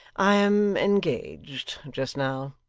i am engaged just now